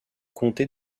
comté